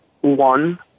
one